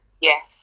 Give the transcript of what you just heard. Yes